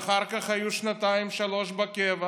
ואחר כך היו שנתיים-שלוש בקבע,